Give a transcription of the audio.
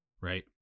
right